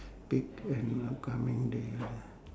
pick an upcoming da~